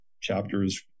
chapters